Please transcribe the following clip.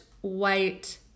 white